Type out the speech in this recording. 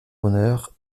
honneur